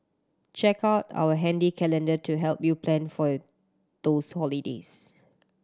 check out our handy calendar to help you plan for those holidays